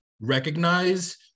recognize